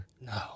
No